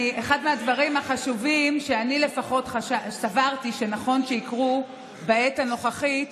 אחד מהדברים החשובים שאני לפחות סברתי שנכון שיקרו בעת הנוכחית